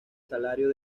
salario